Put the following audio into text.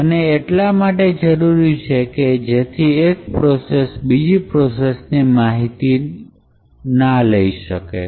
આ એટલા માટે જરૂરી છે કે જેથી એક પ્રોસેસને બીજી પ્રોસેસ ની માહિતી લેતા રોકી શકાય